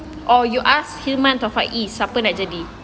or you ask himan atau faiz siapa nak jadi